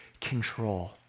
control